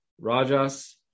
rajas